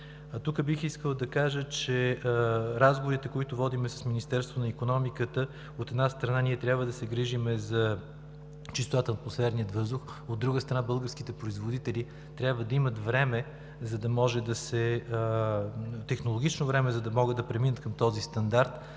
Тук бих искал да кажа, че разговорите, които водим с Министерството на икономиката, от една страна, ние трябва да се грижим за чистотата на атмосферния въздух, от друга страна, българските производители трябва да имат технологично време, за да могат да преминат към този стандарт.